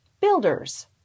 builders